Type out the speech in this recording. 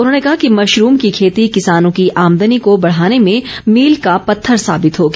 उन्होंने कहा कि मशरूम की खेती किसानों की आमदनी को बढ़ाने में मील का पत्थर साबित होगी